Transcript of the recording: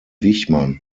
wichmann